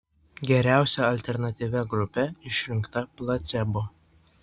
geriausia alternatyvia grupe išrinkta placebo